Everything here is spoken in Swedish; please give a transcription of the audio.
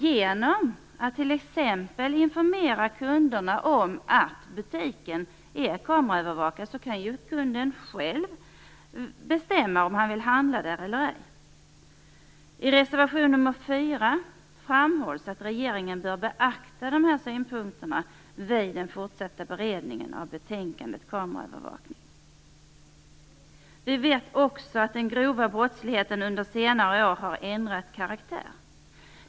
Genom att t.ex. informera kunderna att butiken är kameraövervakad kan ju kunden själv bestämma om han vill handla där eller ej. I reservation nr 4 framhålls att regeringen bör beakta dessa synpunkter vid den fortsatta beredningen av betänkandet Kameraövervakning. Vi vet också att den grova brottsligheten under senare år har ändrat karaktär.